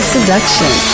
Seduction